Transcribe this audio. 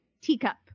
teacup